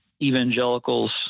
evangelicals